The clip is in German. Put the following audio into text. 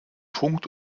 punkt